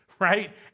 Right